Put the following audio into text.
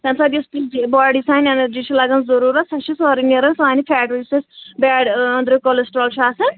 تمہِ ساتہٕ یُس باڈی سانہِ ایٚنٛرجی چھِ لگان ضروٗرت سۄ چھِ سٲرٕے نیران سانہِ فیٹ سٍتیٚن بیڈ أنٛدرٕ کلیٚسٹرٛال چھُ آسان